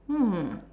mm